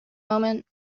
moment